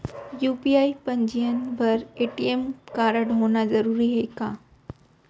UPI पंजीयन बर ATM कारडहोना जरूरी हे का?